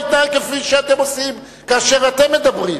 יתנהג כפי שאתם עושים כאשר אתם מדברים.